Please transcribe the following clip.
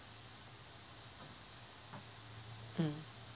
mm